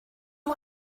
you